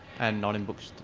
and not in bookstores?